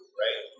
right